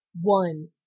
One